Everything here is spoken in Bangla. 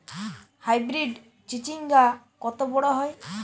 হাইব্রিড চিচিংঙ্গা কত বড় হয়?